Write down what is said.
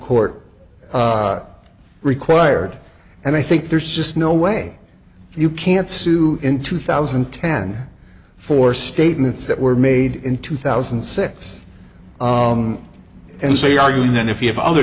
court required and i think there's just no way you can sue in two thousand and ten for statements that were made in two thousand and six and so you're arguing that if you have other